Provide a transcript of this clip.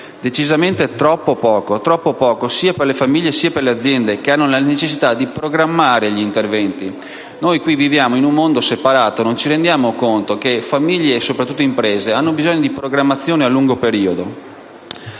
decisamente troppo poco sia per le famiglie sia per le aziende, che hanno la necessità di programmare gli interventi. Qui viviamo in un mondo separato, non ci rendiamo conto che le famiglie, e soprattutto le imprese, hanno bisogno di programmazione a lungo periodo.